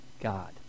God